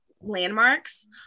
landmarks